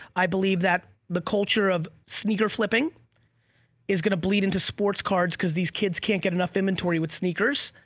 i believe that the culture of sneaker flipping is gonna bleed into sports cards cause these kids can't get enough inventory with sneakers.